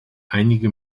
einige